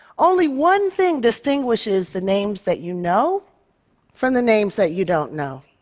only one thing distinguishes the names that you know from the names that you don't know.